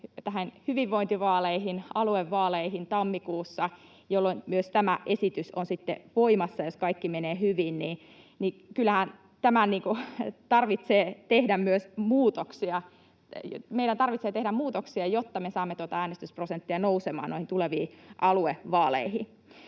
hyvinvointivaaleihin, aluevaaleihin, tammikuussa, jolloin myös tämä esitys on voimassa, jos kaikki menee hyvin, niin kyllähän pitää tehdä myös muutoksia. Meidän pitää tehdä muutoksia, jotta me saamme äänestysprosentteja nousemaan noihin tuleviin aluevaaleihin.